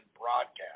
broadcast